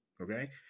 Okay